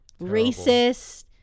racist